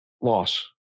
Loss